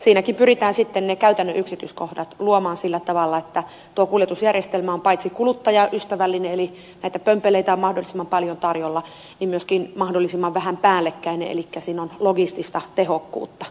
siinäkin pyritään sitten ne käytännön yksityiskohdat luomaan sillä tavalla että tuo kuljetusjärjestelmä on paitsi kuluttajaystävällinen eli näitä pömpeleitä on mahdollisimman paljon tarjolla siinä on myöskin mahdollisimman vähän päällekkäin elikkä siinä on logistista tehokkuutta